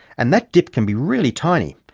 and that dip can be really tiny,